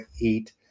eat